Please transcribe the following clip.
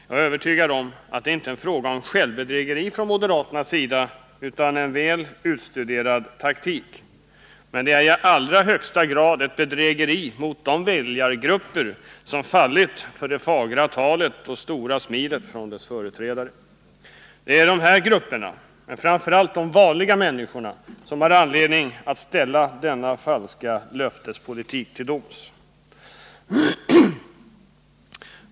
Jag är övertygad om att det inte är fråga om självbedrägeri från moderaternas sida utan om en utstuderad taktik, men det är i allra högsta grad ett bedrägeri mot de väljargrupper som fallit för det fagra talet och det stora smilet från moderaternas företrädare. Det är dessa grupper, men framför allt de vanliga människorna som har anledning att gå till doms med dem som gör sig skyldiga till denna falska löftespolitik.